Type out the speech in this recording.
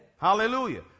Hallelujah